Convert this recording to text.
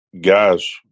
guys